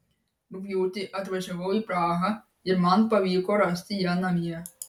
rugpjūtį atvažiavau į prahą ir man pavyko rasti ją namie